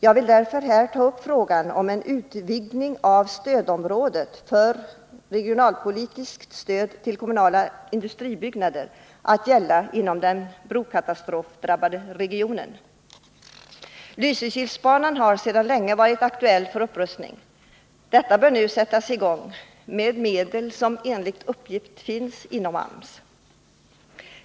Jag vill därför här ta upp frågan om en utvidgning av området för regionalpolitiskt stöd till kommunala industribyggnader till att gälla den brokatastrofdrabbade regionen. Lysekilsbanan har sedan länge varit aktuell för upprustning. Denna bör nu sättas i gång — med medel som enligt uppgift finns hos AMS.